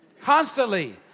constantly